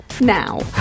now